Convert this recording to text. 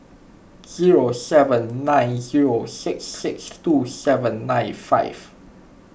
zero seven nine zero six six two seven nine five